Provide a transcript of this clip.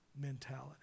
mentality